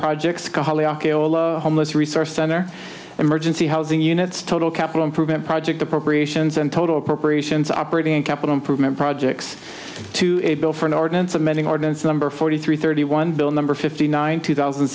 projects homeless resource center emergency housing units total capital improvement project appropriations and total corporation's operating capital improvement projects to a bill for an ordinance amending ordinance number forty three thirty one bill number fifty nine two thousand